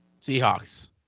Seahawks